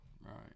Right